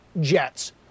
jets